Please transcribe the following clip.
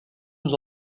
nous